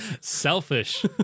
Selfish